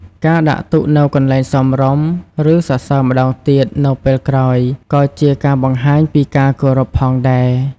ការដាក់ទុកនៅកន្លែងសមរម្យ ឬសរសើរម្តងទៀតនៅពេលក្រោយ ក៏ជាការបង្ហាញពីការគោរពផងដែរ។